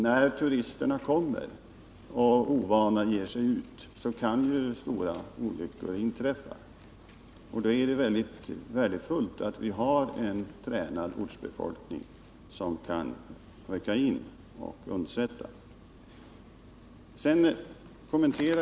När turisterna kommer och ovana ger sig ut kan ju svåra olyckor inträffa, och då är det väldigt värdefullt att vi har en tränad ortsbefolkning som kan rycka in och undsätta.